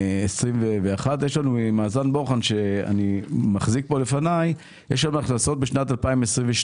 יש לנו מאזן בוחן שאני מחזיק פה לפניי ויש הכנסות בשנת 2022,